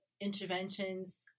interventions